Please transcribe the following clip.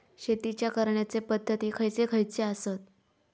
शेतीच्या करण्याचे पध्दती खैचे खैचे आसत?